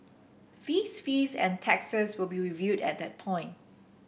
fees fees and taxes will be reviewed at that point